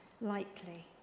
likely